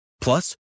Plus